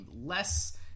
less